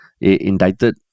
indicted